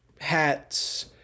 hats